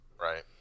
Right